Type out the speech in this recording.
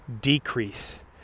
decrease